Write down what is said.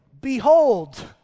behold